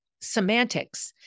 semantics